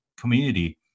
community